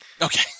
Okay